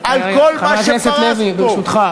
כנסת נכבדה,